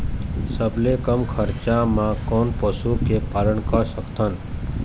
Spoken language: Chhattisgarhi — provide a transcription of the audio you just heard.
सबले कम खरचा मा कोन पशु के पालन कर सकथन?